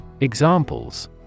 Examples